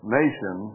nation